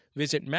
visit